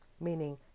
meaning